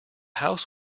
house